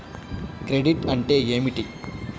Credit అంటే ఏమిటి?